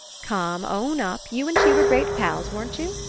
come, own up you and she were great pals, weren't you?